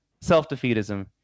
self-defeatism